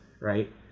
right